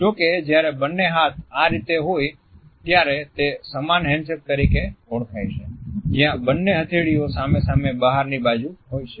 જો કે જ્યારે બંને હાથ આ રીતે હોય છે ત્યારે તે સમાન હેન્ડશેક તરીકે ઓળખાય છે જ્યાં બન્ને હથેળીઓ સામે સામે બહાર ની બાજુ હોય છે